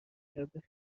نکرده